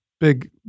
big